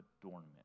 adornment